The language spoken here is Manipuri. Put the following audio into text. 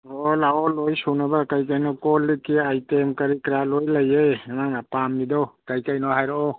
ꯑꯣ ꯂꯥꯛꯑꯣ ꯂꯣꯏ ꯁꯨꯅꯕ ꯀꯩ ꯀꯩꯅꯣ ꯀꯣꯜ ꯂꯤꯛꯀꯤ ꯑꯥꯏꯇꯦꯝ ꯀꯔꯤ ꯀꯔꯥ ꯂꯣꯏ ꯂꯩꯌꯦ ꯅꯪꯅ ꯄꯥꯝꯃꯤꯗꯣ ꯀꯩ ꯀꯩꯅꯣ ꯍꯥꯏꯔꯛꯑꯣ